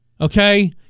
Okay